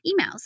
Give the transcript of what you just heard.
emails